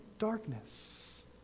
darkness